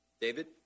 David